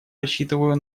рассчитываю